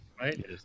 Right